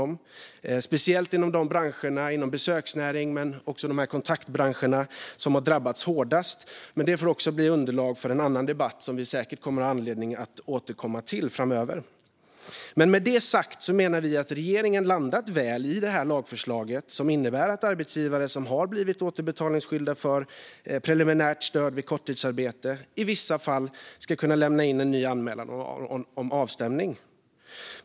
Det gäller speciellt inom de branscher som drabbats hårdast, som besöksnäringen och kontaktbranscherna, men det får bli underlag för en annan debatt som vi säkert kommer att ha anledning att återkomma till framöver. Med det sagt menar vi att regeringen har landat väl i det här lagförslaget som innebär att arbetsgivare som har blivit återbetalningsskyldiga för preliminärt stöd vid korttidsarbete i vissa fall ska kunna lämna in en ny anmälan om avstämning.